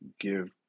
give